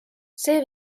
see